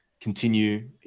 continue